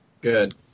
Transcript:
Good